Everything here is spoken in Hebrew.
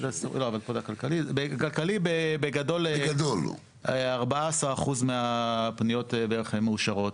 בגדול 14% מהפניות בערך מאושרות,